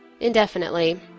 indefinitely